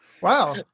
Wow